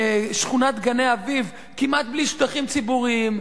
שכונת גני-אביב כמעט בלי שטחים ציבוריים.